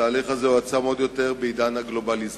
התהליך הזה הועצם עוד יותר בעידן הגלובליזציה,